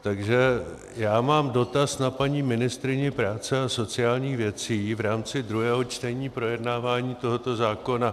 Takže mám dotaz na paní ministryni práce a sociálních věcí v rámci druhého čtení projednávání tohoto zákona.